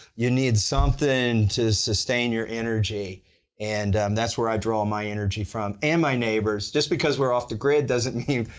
you need something to sustain your energy and that's where i draw my energy from, and my neighbors. just because we're off the grid doesn't mean,